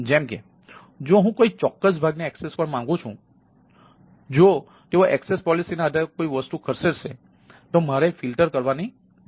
જેમ કે જો હું કોઈ ચોક્કસ ભાગને એક્સેસ કરવા માંગું છું જો તેઓ એક્સેસ પોલિસીના આધારે કોઈ વસ્તુ ખસેડશે તો મારે ફિલ્ટર કરવાની જરૂર છે